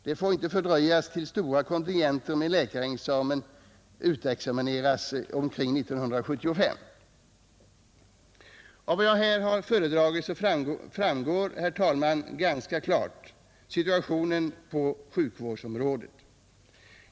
Den får inte fördröjas tills stora kontingenter med läkarexamen utexaminerats.” Av vad jag här har föredragit framgår, herr talman, ganska klart situationen på sjukvårdsområdet.